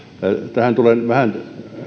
tässä tulen vähän asiasta